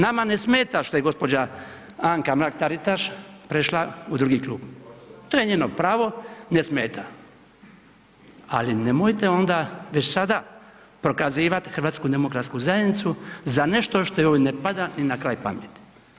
Nama ne smeta što je gđa. Anka Mrak-Taritaš prešla u drugi klub, to je njeno pravo, ne smeta, ali nemojte onda već sada prokazivat HDZ za nešto što joj ne pada ni na kraj pameti.